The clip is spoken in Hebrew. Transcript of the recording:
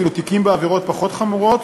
ואילו תיקים בעבירות פחות חמורות,